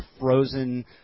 frozen